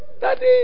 daddy